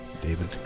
David